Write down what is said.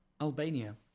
Albania